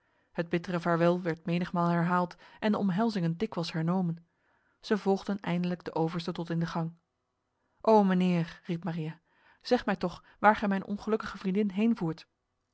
het bittere vaarwel werd menigmaal herhaald en de omhelzingen dikwijls hernomen zij volgden eindelijk de overste tot in de gang o mijnheer riep maria zeg mij toch waar gij mijn ongelukkige vriendin